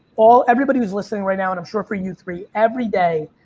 or everybody who's listening right now. and i'm sure for you three every day,